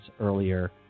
earlier